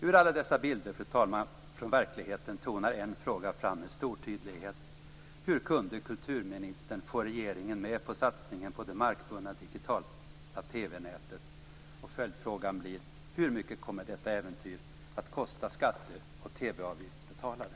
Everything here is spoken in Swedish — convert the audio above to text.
Ur alla dessa bilder från verkligheten tonar en fråga fram med stor tydlighet: Hur kunde kulturministern få regeringen med på satsningen på det markbundna digitala TV-nätet? Och följdfrågan blir: Hur mycket kommer detta äventyr att kosta skatte och TV-avgiftsbetalare?